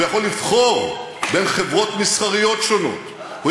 הוא יכול לבחור בין חברות מסחריות שונות.